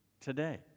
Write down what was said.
today